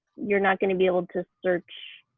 you're not going to be able to search